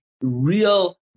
real